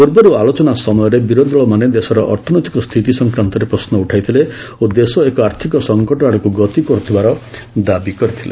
ପୂର୍ବର୍ ଆଲୋଚନା ସମୟରେ ବିରୋଧୀ ଦଳମାନେ ଦେଶର ଅର୍ଥନୈତିକ ସ୍ଥିତି ସଂକ୍ରାନ୍ତରେ ପ୍ରଶ୍ନ ଉଠାଇଥିଲେ ଓ ଦେଶ ଏକ ଆର୍ଥିକ ସଙ୍କଟ ଆଡ଼କୁ ଗତି କର୍ତ୍ତିଥିବାର ଦାବି କରିଥିଲେ